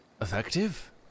effective